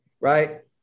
right